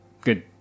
good